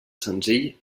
senzill